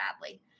badly